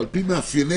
על פי מאפייני,